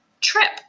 trip